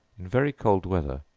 in very cold weather,